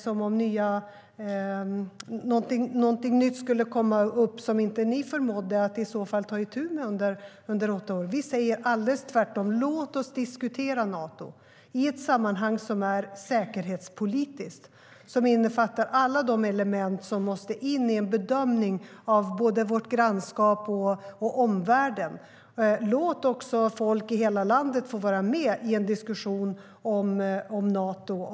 Varför är det nu plötsligt som om någonting nytt skulle ha kommit upp? Vi säger alldeles tvärtom: Låt oss diskutera Nato i ett sammanhang som är säkerhetspolitiskt och som innefattar alla de element som måste in i en bedömning av både vårt grannskap och av omvärlden. Låt också folk i hela landet få vara med i en diskussion om Nato.